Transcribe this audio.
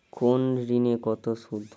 কোন ঋণে কত সুদ?